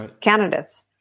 Candidates